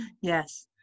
yes